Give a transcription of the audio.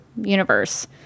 universe